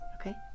Okay